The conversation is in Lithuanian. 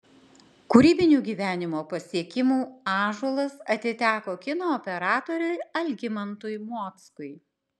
kūrybinių gyvenimo pasiekimų ąžuolas atiteko kino operatoriui algimantui mockui